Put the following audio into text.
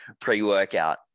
pre-workout